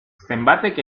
zenbatek